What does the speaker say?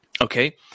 Okay